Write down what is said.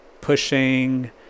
pushing